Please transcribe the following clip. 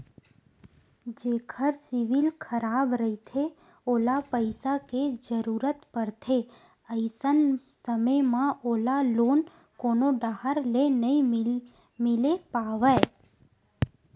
जेखर सिविल खराब रहिथे ओला पइसा के जरूरत परथे, अइसन समे म ओला लोन कोनो डाहर ले नइ मिले पावय